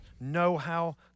know-how